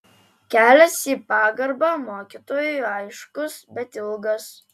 kelias į pagarbą mokytojui aiškus bet ilgas